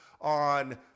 on